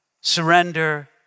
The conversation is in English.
surrender